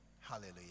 Hallelujah